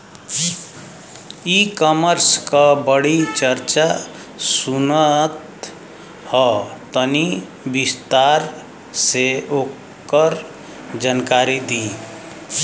ई कॉमर्स क बड़ी चर्चा सुनात ह तनि विस्तार से ओकर जानकारी दी?